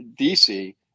DC